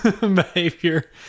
behavior